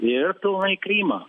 ir pilnai krymą